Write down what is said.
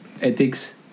ethics